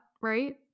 right